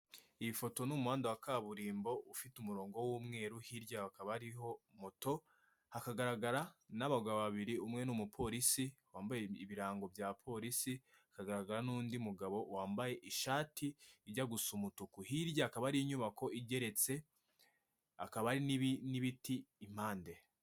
Iyi foto ni umuhanda wa kaburimbo ufite umurongo w'umweru hirya ha akaba ariho moto, hakagaragara n'abagabo babiri umwe n'umupolisi wambaye ibirango bya polisi, hakagaragara n'undi mugabo wambaye ishati ijya gu gusa umutuku hirya akaba ari inyubako igeretse akaba ari nini n'ibiti impande.